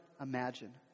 imagine